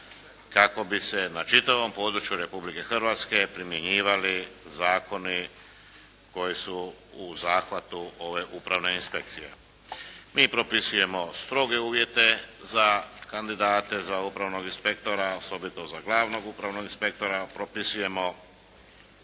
kako bi se na čitavom području Republike Hrvatske primjenjivali zakoni koji su u zahvatu ove upravne inspekcije. Mi propisujemo stroge uvjete za kandidate za upravnog inspektora osobito za glavnog upravnog inspektora. Propisujemo